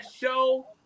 show